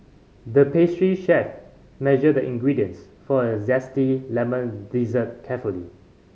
the pastry chef measured the ingredients for a zesty lemon dessert carefully